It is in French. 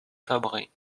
cabris